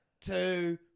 two